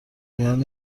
میان